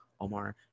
Omar